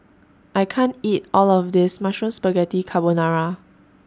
I can't eat All of This Mushroom Spaghetti Carbonara